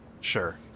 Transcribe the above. sure